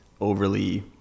overly